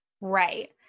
Right